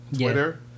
Twitter